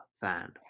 fan